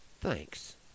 Thanks